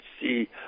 see